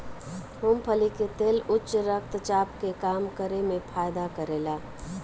मूंगफली के तेल उच्च रक्त चाप के कम करे में फायदा करेला